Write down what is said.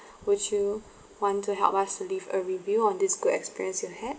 would you want to help us to leave a review on this good experience you had